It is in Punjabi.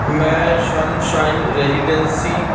ਮੈਂ ਸਨਸ਼ਾਈਨ ਰੈਜ਼ੀਡੈਂਸੀ